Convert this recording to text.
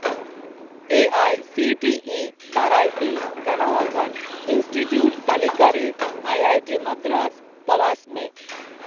A I C T E ᱫᱟᱨᱟᱭ ᱛᱮ ᱵᱮᱱᱟᱣ ᱟᱠᱟᱱ ᱤᱱᱥᱴᱤᱴᱩᱴ ᱛᱟᱹᱞᱤᱠᱟ ᱨᱮ ᱟᱭ ᱟᱭ ᱴᱤ ᱢᱟᱫᱨᱟᱥ ᱛᱚᱞᱟᱥ ᱢᱮ